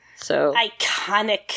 iconic